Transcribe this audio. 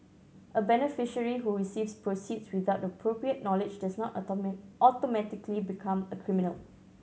a beneficiary who receives proceeds without the appropriate knowledge does not automatically become a criminal